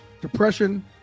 Depression